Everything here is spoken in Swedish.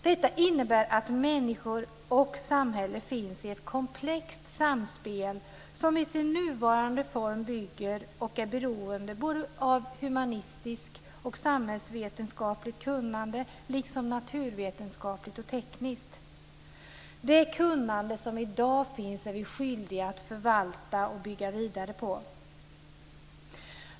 Detta innebär att människor och samhälle finns i ett komplext samspel som i sin nuvarande form bygger på och är beroende av både humanistiskt och samhällsvetenskapligt kunnande och naturvetenskapligt och tekniskt kunnande. Det kunnande som i dag finns är vi skyldiga att förvalta och bygga vidare på.